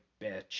bitch